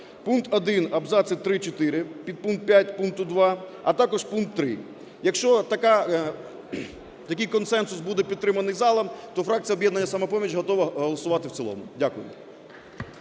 пункт 1, абзаци 3, 4, підпункт 5 пункту 2, а також пункт 3, - якщо такий консенсус буде підтриманий залом, то фракція "Об'єднання "Самопоміч" готова голосувати в цілому. Дякую.